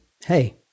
hey